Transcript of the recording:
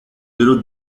little